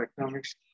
Economics